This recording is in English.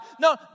No